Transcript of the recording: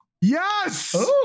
Yes